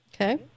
Okay